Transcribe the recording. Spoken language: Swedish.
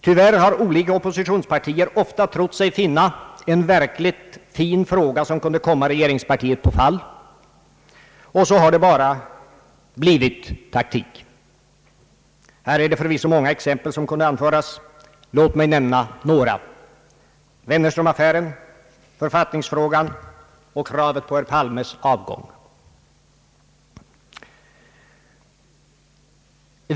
Tyvärr har olika oppositionspartier ofta trott sig finna en verkligt fin fråga, som kunde komma regeringspartiet på fall, men så har det bara blivit — taktik, Här kunde förvisso många exempel anföras, låt mig nämna några: Wennerström-affären, författningsfrågan och kravet på herr Palmes avgång.